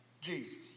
Jesus